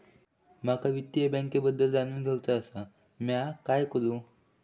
माका वित्तीय योजनांबद्दल जाणून घेवचा आसा, म्या काय करू?